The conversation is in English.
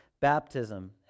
Baptism